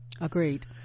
agreed